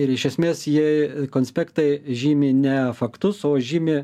ir iš esmės ji konspektai žymi ne faktus o žymi